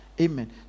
amen